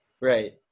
Right